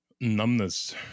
numbness